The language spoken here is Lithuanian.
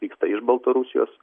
vyksta iš baltarusijos